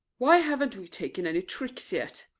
why haven't we taken any tricks yet?